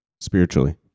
Spiritually